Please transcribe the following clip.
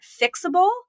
fixable